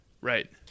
Right